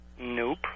Nope